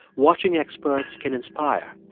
watching experts can inspire.